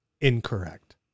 incorrect